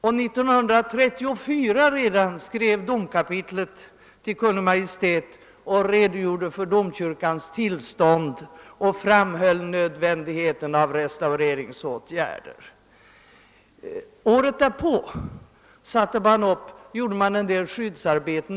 År 1934 redogjorde domkapitlet i en skrivelse till Kungl. Maj:t för domkyrkans tillstånd och framhöll nödvändigheten av restaureringsåtgärder. Året därpå utfördes en del skyddsarbeten.